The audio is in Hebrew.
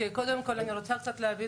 היועץ המשפטי,